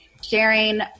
sharing